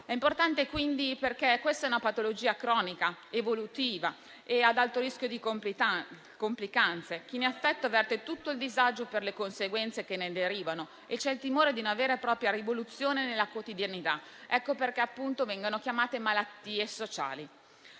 diagnosi, quindi, perché è una patologia cronica, evolutiva e ad alto rischio di complicanze: chi ne è affetto avverte tutto il disagio per le conseguenze che ne derivano e c'è il timore di una vera e propria rivoluzione nella quotidianità. Per questo si parla di malattie sociali: